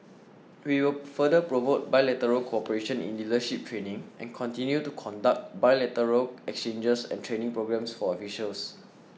we will further promote bilateral cooperation in leadership training and continue to conduct bilateral exchanges and training programs for officials